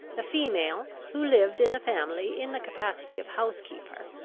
the female, who lived in the family in the capacity of housekeeper,